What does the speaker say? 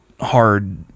hard